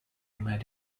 mad